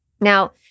Now